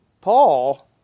Paul